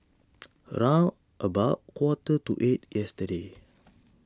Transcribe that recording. round about quarter to eight yesterday